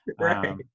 Right